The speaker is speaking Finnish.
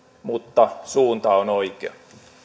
mutta suunta on oikea